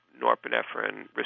norepinephrine